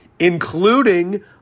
including